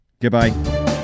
Goodbye